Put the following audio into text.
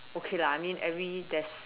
okay lah I mean every there's